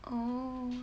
oh